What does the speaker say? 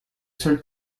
seul